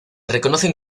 reconocen